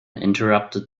interrupted